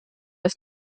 ist